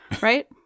right